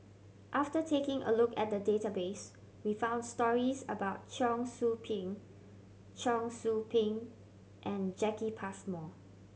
after taking a look at the database we found stories about Cheong Soo Pieng Cheong Soo Pieng and Jacki Passmore